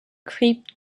crypt